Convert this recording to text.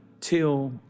till